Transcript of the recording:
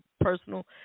personal